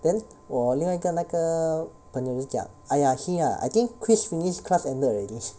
then 我另外一个那个朋友就讲 !aiya! he ah I think quiz finish class ended already